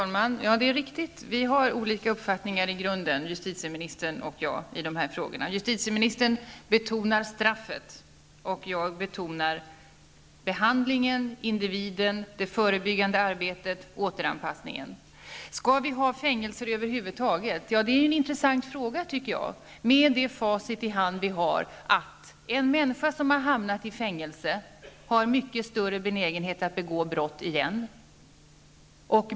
Herr talman! Det är riktigt att justitieministern och jag har i grunden olika uppfattning i de här frågorna. Justitieministern betonar straffet, och jag betonar behandlingen, individen, det förebyggande arbetet och återanpassningen. Skall vi ha fängelser över huvud taget? Det är en intressant fråga tycker jag. Med det facit vi har i hand vet vi att en människa som har hamnat i fängelse har mycket större benägenhet att begå brott igen.